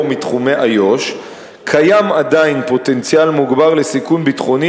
מתחומי איו"ש קיים עדיין פוטנציאל מוגבר לסיכון ביטחוני